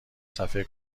صفحه